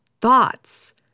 thoughts